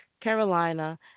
Carolina